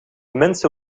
mensen